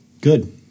Good